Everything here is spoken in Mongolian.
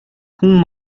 хүн